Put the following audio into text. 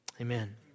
Amen